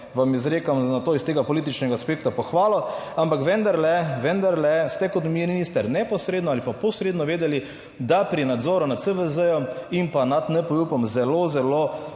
vam izrekam na to iz tega političnega aspekta pohvalo, ampak vendarle, vendarle ste kot minister neposredno ali pa posredno vedeli, da pri nadzoru nad CVZ-jem in pa nad NPU-jem zelo, zelo